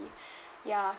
ya